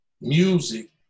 music